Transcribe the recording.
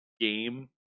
game